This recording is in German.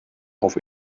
auf